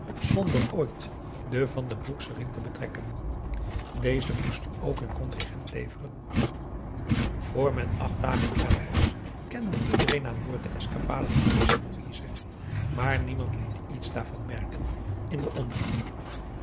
zonder ooit de van den broeks erin te betrekken deze moesten ook hun contingent leveren vr men acht dagen verder was kende iedereen aan boord de escapade van kees en louise maar niemand liet iets daarvan merken in den omgang